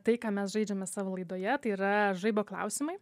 tai ką mes žaidžiame savo laidoje tai yra žaibo klausimai